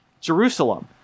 Jerusalem